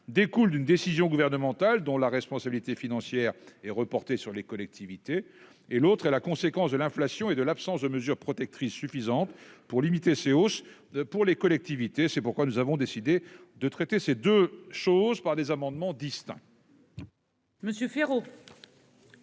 découle d'une décision gouvernementale, dont la responsabilité financière est reportée sur les collectivités, tandis que l'autre est la conséquence de l'inflation et de l'absence de mesures protectrices suffisantes pour limiter les hausses pour les collectivités. C'est la raison pour laquelle nous avons décidé de traiter ces deux aspects par le biais d'amendements distincts.